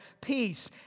peace